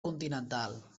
continental